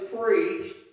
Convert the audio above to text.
preached